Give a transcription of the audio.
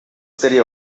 city